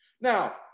Now